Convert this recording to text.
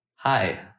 Hi